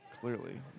Clearly